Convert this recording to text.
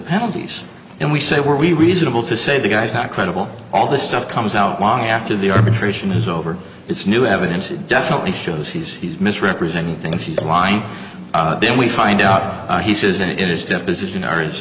penalties and we say were we reasonable to say the guy's not credible all this stuff comes out long after the arbitration is over it's new evidence it definitely shows he's he's misrepresenting things he's the line then we find out he says it is deposition